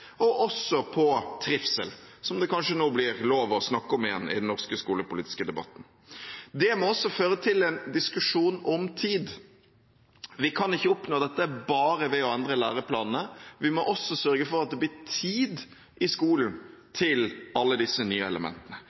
og også på trivsel, som det kanskje nå blir lov å snakke om igjen i den norske skolepolitiske debatten. Det må også føre til en diskusjon om tid. Vi kan ikke oppnå dette bare ved å endre læreplanene, vi må også sørge for at det blir tid i skolen til alle disse nye elementene,